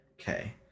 Okay